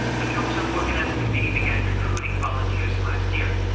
the pyeongchang organizing committee began recruiting volunteers last year,